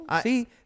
See